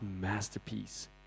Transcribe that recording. masterpiece